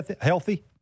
healthy